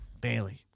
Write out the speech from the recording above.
Bailey